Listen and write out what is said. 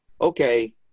okay